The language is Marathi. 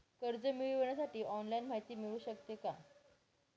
कर्ज मिळविण्यासाठी ऑनलाईन माहिती मिळू शकते का?